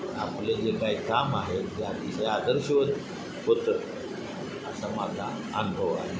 आपले जे काय काम आहे ते अतिशय आदर्शवत होतं असा माझा अनुभव आहे